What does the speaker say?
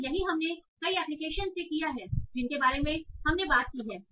और यही हमने कई एप्लीकेशनस से किया है जिनके बारे में हमने बात की है